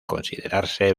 considerarse